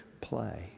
play